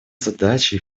задача